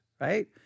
right